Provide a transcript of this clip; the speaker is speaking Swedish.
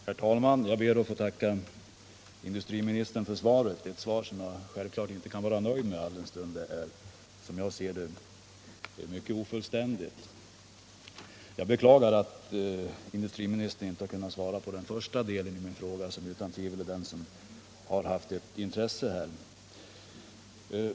Herr talman! Jag ber att få tacka industriministern för svaret — ett svar som jag självfallet inte kan vara nöjd med, alldenstund det, som jag ser det, är mycket ofullständigt. Jag beklagar att industriministern inte har kunnat svara på första delen av min fråga, som utan tvivel är den som har störst intresse.